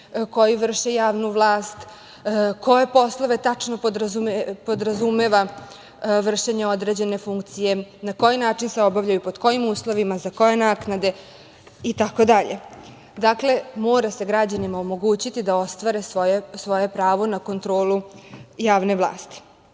koji vrše javnu vlast, koje poslove tačno podrazumeva vršenje određene funkcije, na koji način se obavljaju, pod kojim uslovima, za koje naknade itd. Dakle, mora se građanima omogućiti da ostvare svoje pravo na kontrolu javne vlasti,